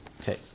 Okay